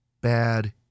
bad